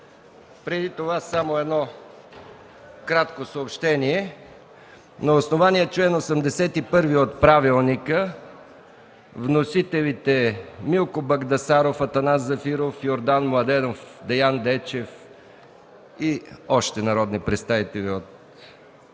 Преди това само едно кратко съобщение: на основание чл. 81 от правилника вносителите Милко Багдасаров, Атанас Зафиров, Йордан Младенов, Деян Дечев и още народни представители оттеглят